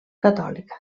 catòlica